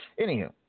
Anywho